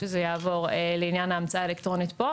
שזה יעבור לעניין ההמצאה האלקטרונית כאן.